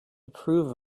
approve